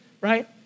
right